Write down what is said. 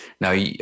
now